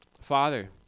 Father